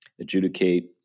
adjudicate